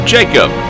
Jacob